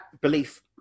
belief